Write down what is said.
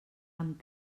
amb